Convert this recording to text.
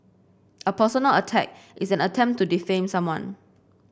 a personal attack is an attempt to defame someone